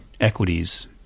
equities